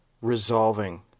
resolving